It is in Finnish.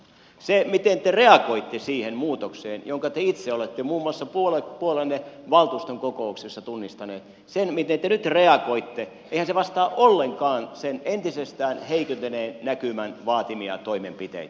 se miten te reagoitte siihen muutokseen jonka te itse olette muun muassa puolueenne valtuuston kokouksessa tunnistanut se miten te nyt reagoitte ei vastaa ollenkaan sen entisestään heikentyneen näkymän vaatimia toimenpiteitä